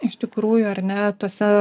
iš tikrųjų ar ne tuose